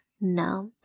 No